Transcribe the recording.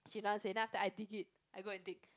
she don't want say then after I dig it I go and dig